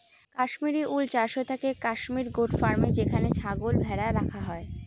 কাশ্মিরী উল চাষ হয়ে থাকে কাশ্মির গোট ফার্মে যেখানে ছাগল আর ভেড়া রাখা হয়